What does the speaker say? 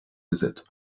visit